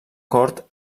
cort